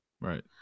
Right